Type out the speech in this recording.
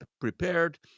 prepared